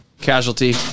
Casualty